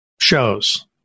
shows